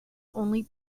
only